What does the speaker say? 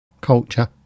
culture